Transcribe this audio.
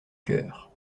chœur